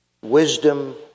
wisdom